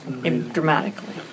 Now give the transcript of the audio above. dramatically